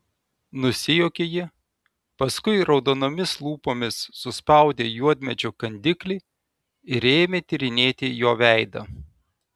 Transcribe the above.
nusijuokė ji paskui raudonomis lūpomis suspaudė juodmedžio kandiklį ir ėmė tyrinėti jo veidą